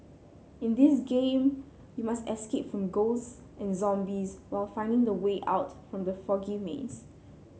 in this game you must escape from ghost and zombies while finding the way out from the foggy maze